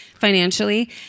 Financially